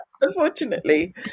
unfortunately